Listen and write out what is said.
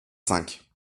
cinq